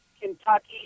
kentucky